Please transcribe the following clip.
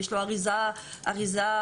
יש לו אריזה אחרת,